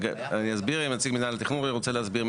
אם נציג מנהל התכנון רוצה להסביר,